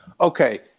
Okay